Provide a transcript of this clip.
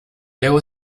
luego